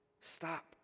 Stop